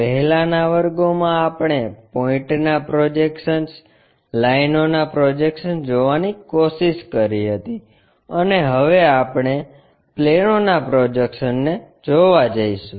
પહેલાના વર્ગો મા આપણે પોઇન્ટના પ્રોજેક્શન્સ લાઇનોના પ્રોજેક્શન્સ જોવાની કોશિશ કરી હતી અને હવે આપણે પ્લેનોના પ્રોજેક્શન્સને જોવા જઈશું